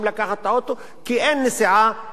כי אין נסיעה אל תוך היישוב עצמו.